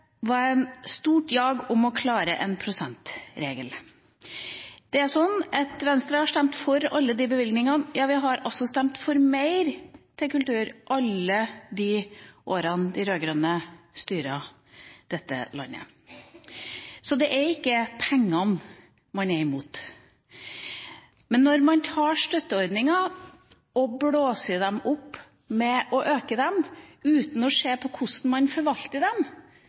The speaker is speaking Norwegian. stort jag om å klare 1 pst.-regelen. Venstre har stemt for alle bevilgningene – ja, vi stemte for mer til kultur alle de årene de rød-grønne styrte dette landet. Det er ikke pengene man er imot, men når man blåser opp støtteordninger ved å øke dem, uten å se på hvordan man forvalter dem,